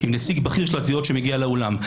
עם נציג בכיר של התביעות שמגיע לאולם.